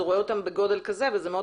הוא רואה אותם בגודל מסוים וזה מאוד